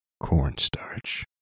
Cornstarch